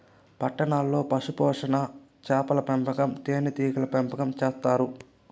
పట్టణాల్లో పశుపోషణ, చాపల పెంపకం, తేనీగల పెంపకం చేత్తారు